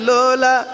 Lola